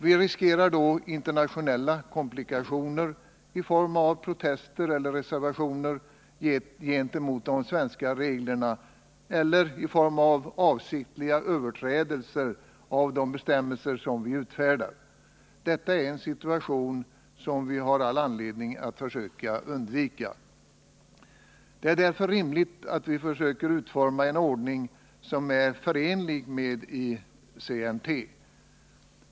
Vi riskerar då internationella komplikationer i form av protester eller reservationer gentemot de svenska reglerna eller i form av avsiktliga överträdelser av de bestämmelser vi utfärdar. Detta är en situation som vi har all anledning att försöka undvika. Det är därför rimligt att vi försöker utforma en ordning som är förenlig med ICNT.